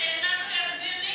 אל תיתן לנו להצביע נגד.